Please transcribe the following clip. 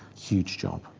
huge job.